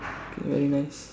okay very nice